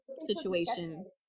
situation